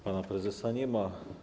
Pana prezesa nie ma.